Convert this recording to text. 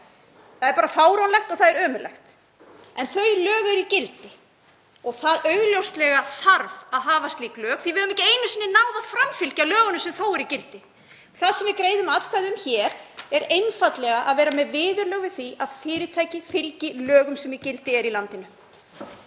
Það er bara fáránlegt og það er ömurlegt. En þau lög eru í gildi og augljóslega þarf að hafa slík lög því við höfum ekki einu sinni náð að framfylgja lögunum sem eru í gildi. Það sem við greiðum atkvæði um hér er einfaldlega að vera með viðurlög við því að fyrirtæki fylgi ekki lögum sem eru í gildi í landinu.